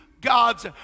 God's